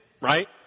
right